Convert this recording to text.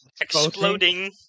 Exploding